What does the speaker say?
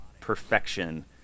perfection